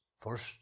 first